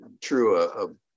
true